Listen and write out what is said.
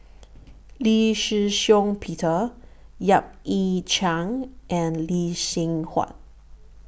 Lee Shih Shiong Peter Yap Ee Chian and Lee Seng Huat